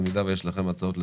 במידה ויש לכם הצעות לסדר,